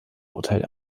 hotel